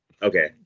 Okay